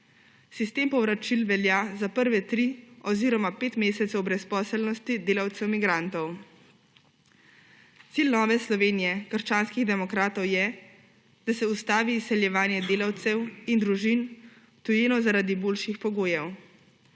Sistem povračil velja za prve tri oziroma pet mesecev brezposelnosti delavcev migrantov. Cilj Nove Slovenije – krščanskih demokratov je, da se ustavi izseljevanje delavcev in družin v tujino zaradi boljših pogojev.